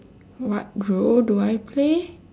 what role do I play